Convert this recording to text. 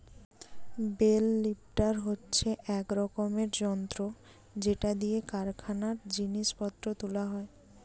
bell lifter হচ্ছে এক রকমের যন্ত্র যেটা দিয়ে কারখানায় জিনিস পত্র তুলা হয়